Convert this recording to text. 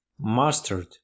mastered